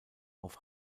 auf